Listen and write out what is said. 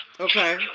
Okay